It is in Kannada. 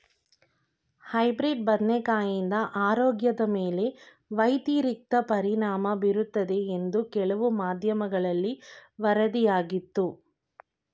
ಹೈಬ್ರಿಡ್ ಬದನೆಕಾಯಿಂದ ಆರೋಗ್ಯದ ಮೇಲೆ ವ್ಯತಿರಿಕ್ತ ಪರಿಣಾಮ ಬೀರುತ್ತದೆ ಎಂದು ಕೆಲವು ಮಾಧ್ಯಮಗಳಲ್ಲಿ ವರದಿಯಾಗಿತ್ತು